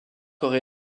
aurait